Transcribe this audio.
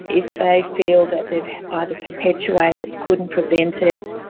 if they feel that they've either perpetuated, couldn't prevent it,